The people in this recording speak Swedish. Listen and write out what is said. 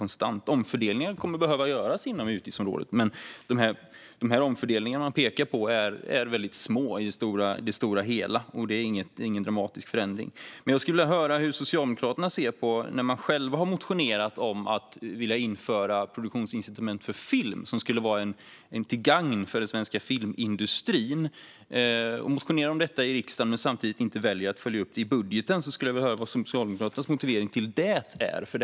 Omfördelningar kommer att behöva göras inom utgiftsområdet, men de omfördelningar man pekar på är väldigt små i det stora hela och ingen dramatisk förändring. Socialdemokraterna har motionerat om att införa produktionsincitament för film som skulle vara till gagn för den svenska filmindustrin. Man har alltså motionerat om det i riksdagen men väljer att inte följa upp det i budgeten. Därför skulle jag vilja höra vad Socialdemokraternas motivering till det är.